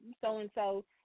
so-and-so